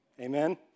Amen